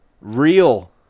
Real